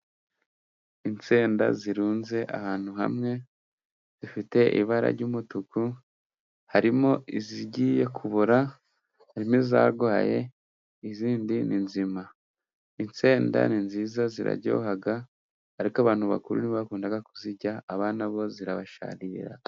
Insenda zirunze ahantu hamwe zifite ibara ry'umutuku, harimo izigiye kubora, hari n'izarwaye izindi ni nzima. Insenda ni nziza ziraryoha ariko abantu bakuru ni bo bakunda kuzirya, abana bo, zirabasharira.